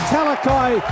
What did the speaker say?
Talakai